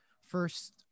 first